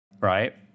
right